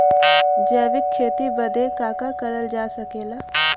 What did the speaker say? जैविक खेती बदे का का करल जा सकेला?